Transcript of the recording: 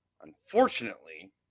Unfortunately